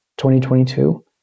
2022